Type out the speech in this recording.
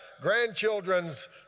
grandchildren's